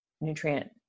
nutrient